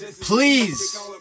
please